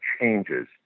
changes